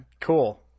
Cool